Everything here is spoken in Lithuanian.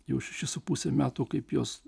jau šešis su puse metų kaip jos